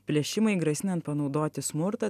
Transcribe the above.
plėšimai grasinant panaudoti smurtą